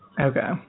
Okay